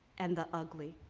and the ugly.